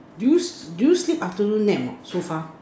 do you do you sleep afternoon nap or not so far